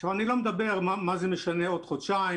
עכשיו אני לא מדבר מה זה משנה עוד חודשיים,